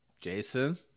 Jason